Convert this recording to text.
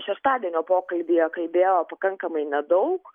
šeštadienio pokalbyje kalbėjo pakankamai nedaug